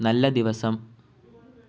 നല്ല ദിവസം